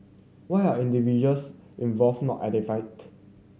why are individuals involved not identified